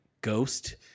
Ghost